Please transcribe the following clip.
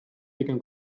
pigem